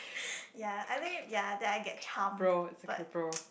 ya I think ya that I get charmed but